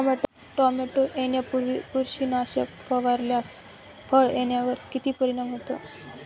Tomato येण्यापूर्वी बुरशीनाशक फवारल्यास फळ येण्यावर किती परिणाम होतो?